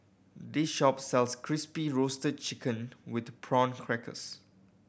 this shop sells Crispy Roasted Chicken with Prawn Crackers